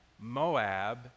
Moab